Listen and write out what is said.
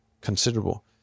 considerable